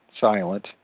silent